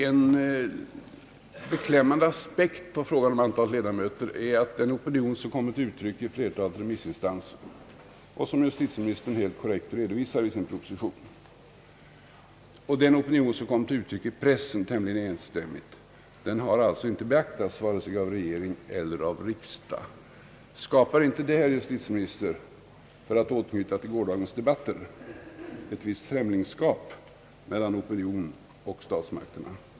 En beklämmande aspekt på frågan om antalet ledamöter är den opinion som kommit till uttryck hos flertalet remissinstanser och som justitieministern redovisar i propositionen, vilken opinion därtill tämligen enstämmigt kommit till uttryck i pressen, men alltså inte har beaktats vare sig av regering eller riksdag. Skapar inte detta, herr justitieminister, för att återknyta till gårdagens debatter, ett visst främlingskap mellan opinionen och statsmakterna?